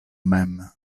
mem